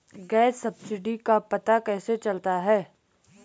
Gas subsidy का पता कैसे चलता है?